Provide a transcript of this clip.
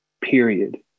period